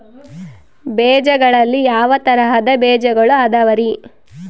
ಬೇಜಗಳಲ್ಲಿ ಯಾವ ತರಹದ ಬೇಜಗಳು ಅದವರಿ?